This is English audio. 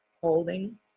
Holding